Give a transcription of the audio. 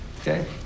Okay